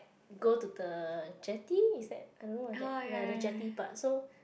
go to the jetty instead I don't know what's that ya the jetty part so